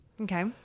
Okay